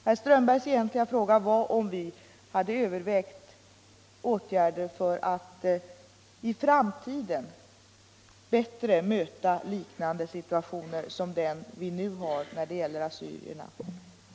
Herr Strömbergs egentliga fråga var om vi hade övervägt åtgärder för att i framtiden bättre möta situationer liknande den som nu har uppkommit när det gäller assyrierna.